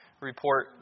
report